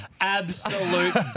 Absolute